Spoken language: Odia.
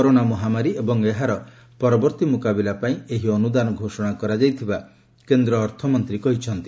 କରୋନା ମହାମାରୀ ଏବଂ ଏହାରେ ପରବର୍ତ୍ତୀ ମୁକାବିଲାପାଇଁ ଏହି ଅନୁଦାନ ଘୋଷଣା କରାଯାଇଥିବା କେନ୍ଦ୍ର ଅର୍ଥମନ୍ତ୍ରୀ କହିଛନ୍ତି